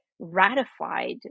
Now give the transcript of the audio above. ratified